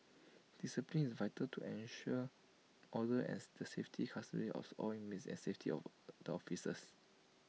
discipline is vital to ensure order and the safety custody of all inmates and safety of the officers